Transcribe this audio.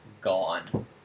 gone